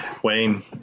Wayne